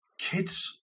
kids